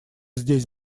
здесь